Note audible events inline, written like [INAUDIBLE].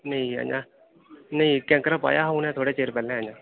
[UNINTELLIGIBLE] नेईं कैंकरा पाया उ'नें थोह्ड़े चिरें पैह्लें